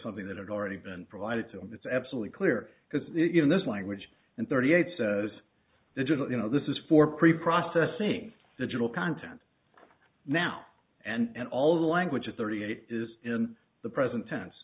something that had already been provided so it's absolutely clear because you know this language and thirty eight says digital you know this is for preprocessing digital content now and all of the language is thirty eight is in the present tense